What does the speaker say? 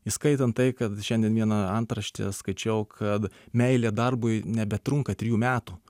įskaitan tai kad šiandien vieną antraštę skaičiau kad meilė darbui nebetrunka trijų metų